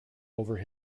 over